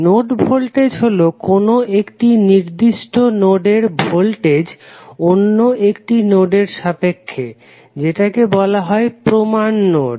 node voltage হলো কোনো একটি নির্দিষ্ট নোডের ভোল্টেজ অন্য একটি নোডের সাপেক্ষে যেটাকে বলা হয় প্রমান নোড